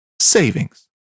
savings